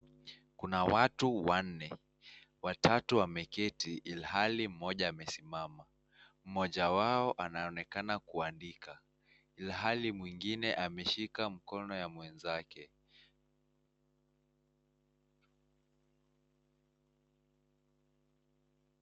Kuna watu wanne. Watatu wameketi, ilhali mmoja amesimama. Mmoja wao anaonekana kuandika, ilhali mwingine ameshika mkono ya mwenzake.